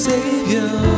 Savior